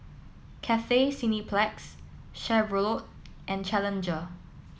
Cathay Cineplex Chevrolet and Challenger